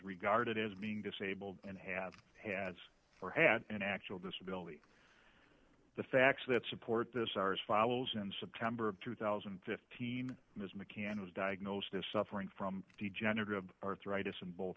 regarded as being disabled and have had or had an actual disability the facts that support this are as follows in september of two thousand and fifteen ms mccann was diagnosed as suffering from degenerative arthritis in both